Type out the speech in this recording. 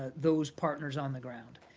those partners on the ground.